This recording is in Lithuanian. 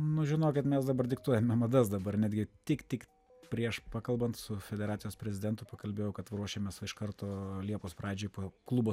nu žinokit mes dabar diktuojame madas dabar netgi tik tik prieš pakalbant su federacijos prezidentu pakalbėjau kad ruošiamės va iš karto liepos pradžioj po klubo